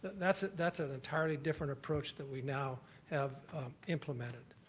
that's that's an entirely different approach that we now have implemented.